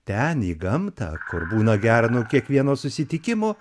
ten į gamtą kur būna gera nuo kiekvieno susitikimo